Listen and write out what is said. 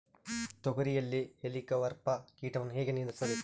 ತೋಗರಿಯಲ್ಲಿ ಹೇಲಿಕವರ್ಪ ಕೇಟವನ್ನು ಹೇಗೆ ನಿಯಂತ್ರಿಸಬೇಕು?